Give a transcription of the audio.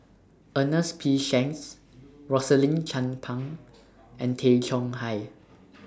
Ernest P Shanks Rosaline Chan Pang and Tay Chong Hai